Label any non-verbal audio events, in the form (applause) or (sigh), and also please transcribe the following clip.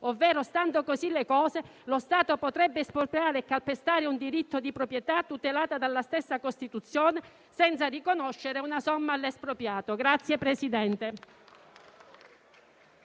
Ovvero, stando così le cose, lo Stato potrebbe espropriare e calpestare un diritto di proprietà, tutelato dalla stessa Costituzione, senza riconoscere una somma all'espropriato. (applause)